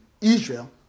Israel